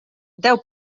deu